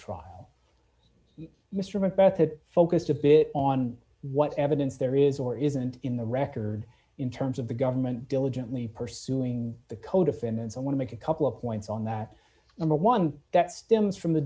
trial mr macbeth had focused a bit on what evidence there is or isn't in the record in terms of the government diligently pursuing the co defendants i want to make a couple of points on that number one that stems from the